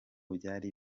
byari